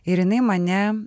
ir jinai mane